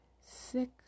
sick